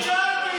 ומיכאל ביטון,